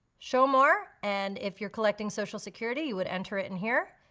show more, and if you're collecting social security you would enter it in here.